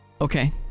Okay